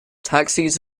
taxis